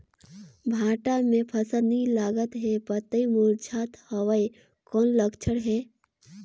भांटा मे फल नी लागत हे पतई मुरझात हवय कौन लक्षण हे?